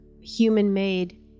human-made